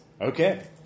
Okay